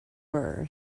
were